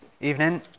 Evening